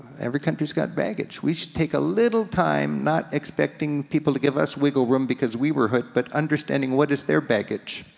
every country's got baggage. we should take a little time not expecting people to give us wiggle room because we were hurt, but understanding what is their baggage?